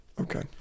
Okay